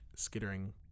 skittering